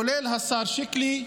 כולל השר שיקלי,